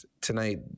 tonight